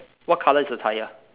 what colour is the tyre